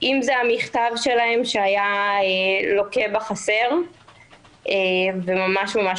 אם זה המכתב שלהם שהיה לוקה בחסר ממש ממש